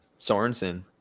Sorensen